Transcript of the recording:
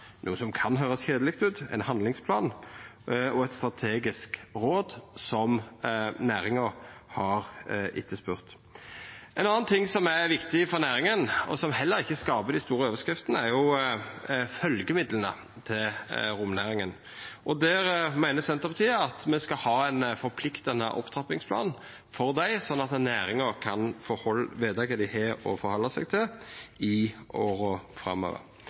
som kan høyrast keisamt ut – ein handlingsplan og eit strategisk råd, som næringa har etterspurt. Ein annan ting som er viktig for næringa, og som heller ikkje skapar dei store overskriftene, er følgjemidlane til romnæringa. Der meiner Senterpartiet at me skal ha ein forpliktande opptrappingsplan for dei, sånn at næringa kan veta kva dei har å halda seg til i åra framover.